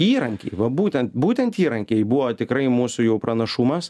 įrankiai va būtent būtent įrankiai buvo tikrai mūsų jau pranašumas